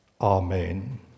Amen